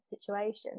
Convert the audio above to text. situation